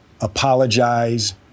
apologize